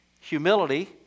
humility